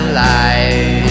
life